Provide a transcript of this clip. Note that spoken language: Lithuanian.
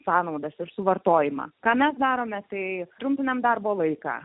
pamaldas ir suvartojimą ką mes darome tai trumpina darbo laiką